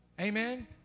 Amen